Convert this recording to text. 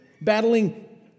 battling